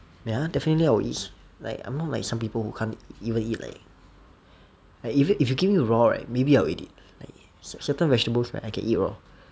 ya definitely I will eat like I'm not like some people who can't even eat like like even if you give me raw right maybe I will eat it like certain vegetables I can eat raw